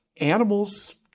animals